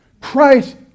Christ